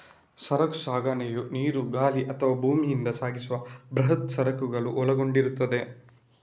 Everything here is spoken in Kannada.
ಸರಕು ಸಾಗಣೆಯು ನೀರು, ಗಾಳಿ ಅಥವಾ ಭೂಮಿಯಿಂದ ಸಾಗಿಸುವ ಬೃಹತ್ ಸರಕುಗಳನ್ನು ಒಳಗೊಂಡಿರುತ್ತದೆ